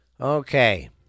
Okay